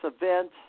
event